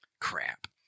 Crap